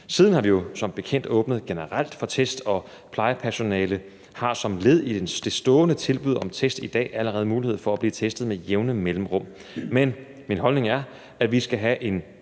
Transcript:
Siden har vi jo som bekendt åbnet generelt for test, og plejepersonalet har som led i det stående tilbud om test i dag allerede mulighed for at blive testet med jævne mellemrum. Min holdning er, at vi skal have en